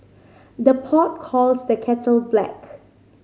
the pot calls the kettle black